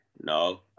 no